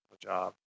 job